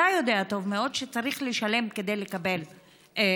אתה יודע טוב מאוד שצריך לשלם כדי לקבל את,